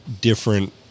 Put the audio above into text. different